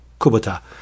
Kubota